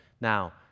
Now